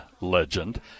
Legend